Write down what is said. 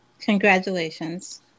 Congratulations